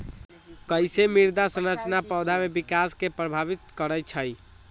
कईसे मृदा संरचना पौधा में विकास के प्रभावित करई छई?